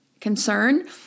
concern